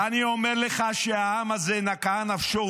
-- אני אומר לך שהעם הזה נקעה נפשו.